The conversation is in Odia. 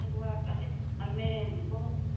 ଆଗୁଆ କଲେ ଆମେ ବହୁତ